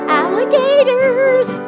alligators